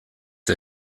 der